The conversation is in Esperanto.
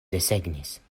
desegnis